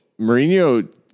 Mourinho